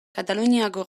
kataluniako